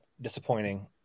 disappointing